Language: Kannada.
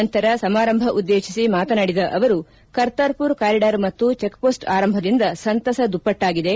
ನಂತರ ಸಮಾರಂಭ ಉದ್ದೇತಿಸಿ ಮಾತನಾಡಿದ ಅವರು ಕರ್ತಾರ್ಪುರ್ ಕಾರಿಡಾರ್ ಮತ್ತು ಚೆಕ್ಪೋಸ್ಟ್ ಆರಂಭದಿಂದ ಸಂತಸ ದುಪ್ಲಟ್ಲಾಗಿದೆ